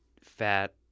fat